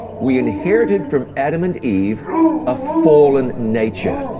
we inherited from adam and eve a fallen nature.